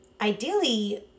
ideally